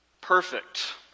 perfect